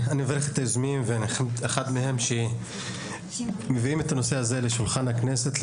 אני מברך כל אחד מהיוזמים שמביאים את הנושא הזה לשולחן הוועדה.